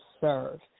serve